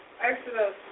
Exodus